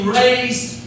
raised